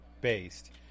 based